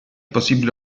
possibile